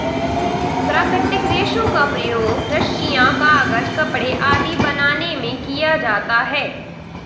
प्राकृतिक रेशों का प्रयोग रस्सियॉँ, कागज़, कपड़े आदि बनाने में किया जाता है